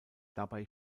dabei